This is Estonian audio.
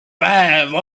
päev